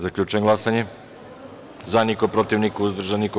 Zaključujem glasanje: za – niko, protiv – niko, uzdržanih – nema.